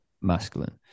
masculine